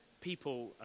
people